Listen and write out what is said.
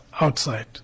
outside